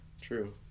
True